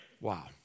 Wow